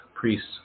Priests